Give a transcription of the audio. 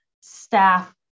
staff